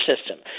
system